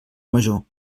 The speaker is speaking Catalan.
major